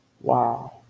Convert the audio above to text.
Wow